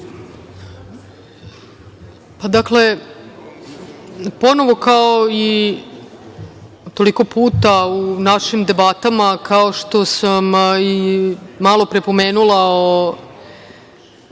Dakle, ponovo kao i toliko puta u našim debatama, kao što sam i malo pre pomenula o